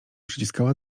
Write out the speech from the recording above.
przyciska